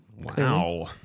Wow